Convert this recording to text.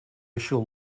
issue